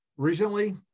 Recently